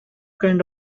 kind